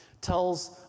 tells